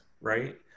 right